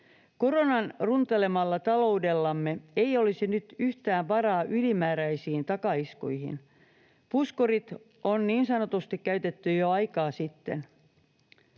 Koronan runtelemalla taloudellamme ei olisi nyt yhtään varaa ylimääräisiin takaiskuihin. Puskurit on niin sanotusti käytetty jo aikaa sitten.